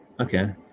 Okay